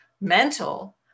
mental